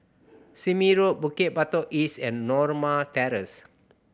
Sime Road Bukit Batok East and Norma Terrace